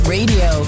Radio